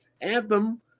Anthem